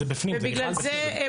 זה בפנים, זה נכלל בזה.